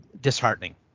disheartening